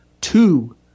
two